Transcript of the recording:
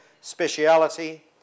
speciality